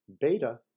Beta